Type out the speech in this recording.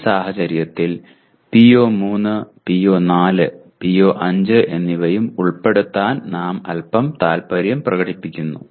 ഈ സാഹചര്യത്തിൽ PO3 PO4 PO5 എന്നിവയും ഉൾപ്പെടുത്താൻ നാം അൽപ്പം താല്പര്യം പ്രകടിപ്പിക്കുന്നു